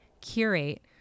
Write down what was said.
curate